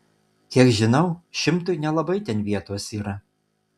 kiek žinau šimtui nelabai ten vietos yra